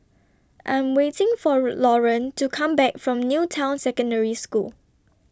I'm waiting For Loran to Come Back from New Town Secondary School